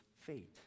fate